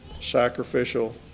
sacrificial